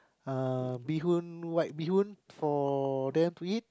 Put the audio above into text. uh bee-hoon white bee-hoon for them to eat